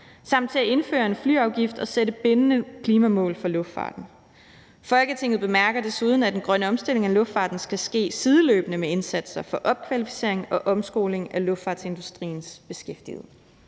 og til at indføre en flyafgift og sætte bindende klimamål for luftfarten. Folketinget bemærker desuden, at den grønne omstilling af luftfarten skal ske sideløbende med indsatser for opkvalificering og omskoling af luftfartsindustriens beskæftigede.«